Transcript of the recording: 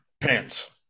pants